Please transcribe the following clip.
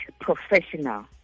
professional